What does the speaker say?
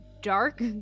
Dark